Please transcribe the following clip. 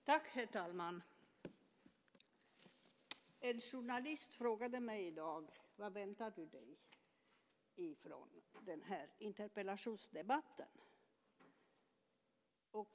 Herr talman! En journalist frågade mig i dag vad jag väntade mig av den här interpellationsdebatten.